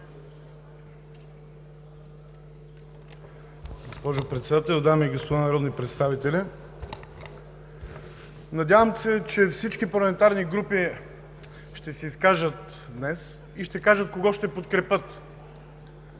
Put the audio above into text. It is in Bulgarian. госпожо Председател, дами и господа народни представители! Надявам се, че всички парламентарни групи ще се изкажат днес и ще кажат кого ще подкрепят,